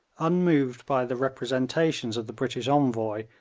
unmoved by the representations of the british envoy,